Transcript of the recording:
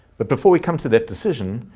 but before we come to that decision,